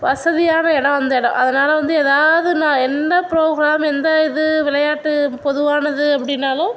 வசதியான இடம் அந்த இடம் அதனால் வந்து எதாவது நான் எந்த ப்ரோக்ராம் எந்த இது விளையாட்டு பொதுவானது அப்படினாலும்